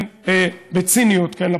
בציניות, כן?